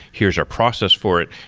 here's our process for it,